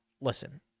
listen